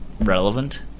relevant